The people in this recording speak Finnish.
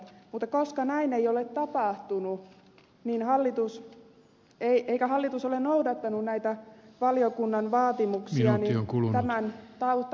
mutta koska näin ei ole tapahtunut eikä hallitus ole noudattanut näitä valiokunnan vaatimuksia tämän takana ei voi olla